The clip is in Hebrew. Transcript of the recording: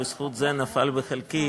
בזכות זה נפל בחלקי